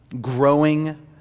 growing